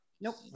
Nope